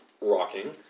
rocking